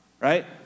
right